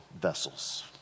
vessels